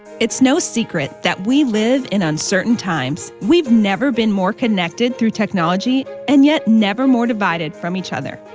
it's no secret that we live in uncertain times. we've never been more connected through technology, and yet never more divided from each other.